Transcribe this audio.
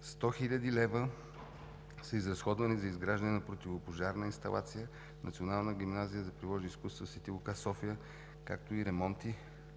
100 хил. лв. са изразходвани за изграждане на противопожарна инсталация в Националната гимназия за приложни изкуства „Свети Лука“ – София, както и ремонти